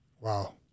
Wow